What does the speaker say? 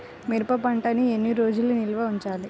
మిరప పంటను ఎన్ని రోజులు నిల్వ ఉంచాలి?